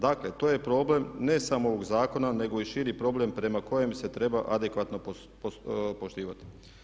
Dakle to je problem ne samo ovog zakona nego i širi problem prema kojem se treba adekvatno poštivati.